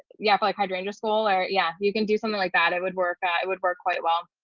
yeah but like hydrangea school or yeah, you can do something like that it would work ah it would work quite well.